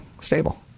stable